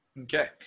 Okay